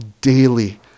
daily